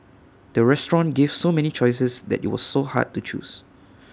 the restaurant gave so many choices that IT was so hard to choose